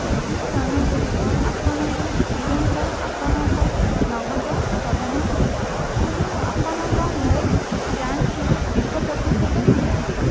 ଏହି ସ୍ଥାନ ଗୁଡ଼ିକ ଆପଣଙ୍କୁ ତୁରନ୍ତ ଆପଣଙ୍କ ନଗଦ ପ୍ରଦାନ କରେ କିନ୍ତୁ ଆପଣଙ୍କ ମୋଟ ଯାଞ୍ଚରୁ ଏକ ପ୍ରତିଶତ ନିଅନ୍ତୁ